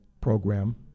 program